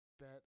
Bet